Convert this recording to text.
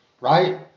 Right